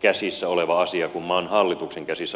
käsissä oleva asia kuin maan hallituksen käsissä oleva asia